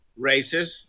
racist